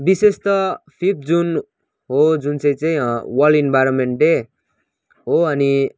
विशेष त fifth June हो जुन चाहिँ चाहिँ वर्ल्ड इन्भाइरोमेन्ट डे हो अनि